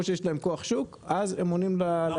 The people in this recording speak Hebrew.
או שיש להם כוח שוק אז הם עונים להגדרת